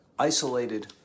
isolated